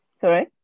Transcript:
sorry